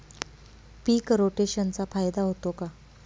पीक रोटेशनचा फायदा होतो का?